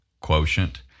quotient